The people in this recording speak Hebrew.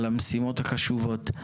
על המשימות החשובות.